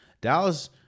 Dallas